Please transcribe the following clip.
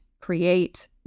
create